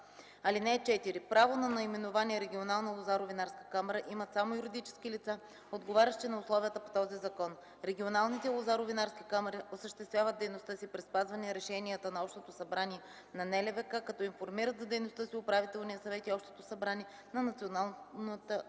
(4) Право на наименование „Регионална лазаро-винарска камара” имат само юридически лица, отговарящи на условията по този закон. Регионалните лозаро-винарски камари осъществяват дейността си при спазване решенията на Общото събрание на НЛВК, като информират за дейността си Управителния съвет и Общото събрание на Националната